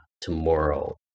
tomorrow